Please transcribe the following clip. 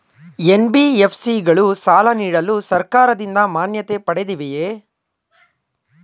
NBFC ಗಳು ಸಾಲ ನೀಡಲು ಸರ್ಕಾರದಿಂದ ಮಾನ್ಯತೆ ಪಡೆದಿವೆಯೇ?